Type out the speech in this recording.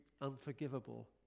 unforgivable